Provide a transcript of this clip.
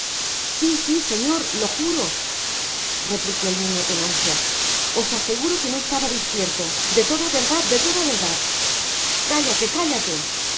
si si señor lo juro replicó el niño con ansia os aseguro que no estaba dispierto de toda verdad de toda verdad cállate cállale